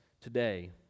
today